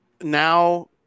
now